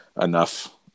enough